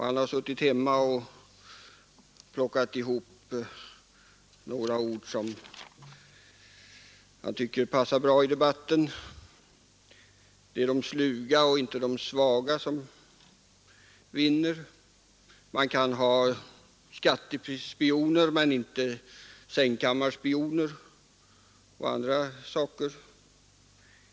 Han har suttit hemma och Nr 135 plockat ihop uttryck som han tycker passar bra i debatten: Det är de Fredagen den sluga och inte de svaga som vinner; vi kan ha skattespioner men inte 8 december 1972 sängkammarspioner osv.